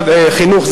שר החינוך,